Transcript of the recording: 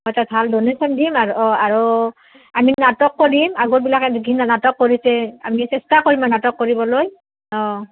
মই এটা ভাল ডনেশ্যন দিম আৰু অঁ আৰু আমি নাটক কৰিম আগৰবিলাকে বিভিন্ন নাটক কৰিছে আমি চেষ্টা কৰিম নাটক কৰিবলৈ অঁ